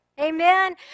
Amen